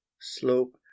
slope